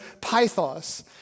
Pythos